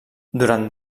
durant